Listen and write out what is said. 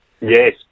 Yes